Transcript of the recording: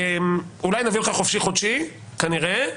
אולי ניתן לו חופשי-חודשי, כנראה,